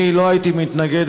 אני לא הייתי מתנגד,